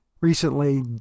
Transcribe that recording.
Recently